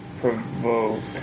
provoke